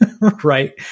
right